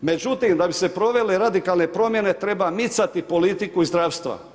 Međutim da bi se provele radikalne promjene treba micati politiku iz zdravstva.